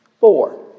Four